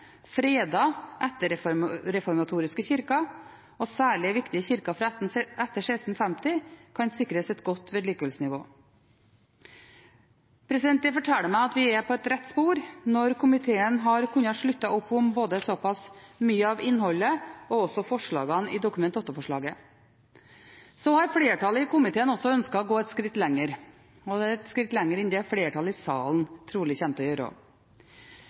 kirker og særlig viktige kirker fra etter 1650 kan sikres et godt vedlikeholdsnivå. Det forteller meg at vi er på rett spor når komiteen har kunnet slutte opp om så pass mye av innholdet og også forslagene i Dokument 8-forslaget. Så har flertallet i komiteen ønsket å gå et skritt lenger, et skritt lenger enn det flertallet i salen trolig kommer til å gjøre.